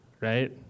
right